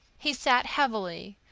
he sat heavily,